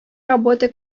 работы